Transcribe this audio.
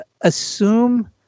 assume